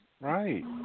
right